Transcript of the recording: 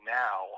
now